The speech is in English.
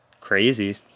crazy